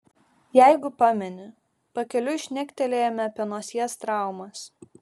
jeigu pameni pakeliui šnektelėjome apie nosies traumas